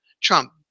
Trump